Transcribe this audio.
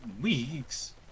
weeks